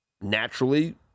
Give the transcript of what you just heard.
Naturally